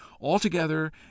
Altogether